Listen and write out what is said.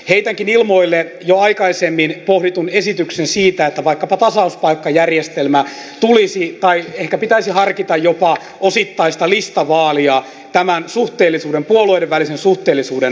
heitänkin ilmoille jo aikaisemmin pohditun esityksen siitä että vaikkapa tasauspaikkajärjestelmä tulisi tai ehkä pitäisi harkita jopa osittaista listavaalia tämän puolueiden välisen suhteellisuuden parantamiseksi